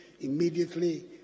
immediately